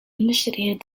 initiated